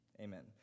amen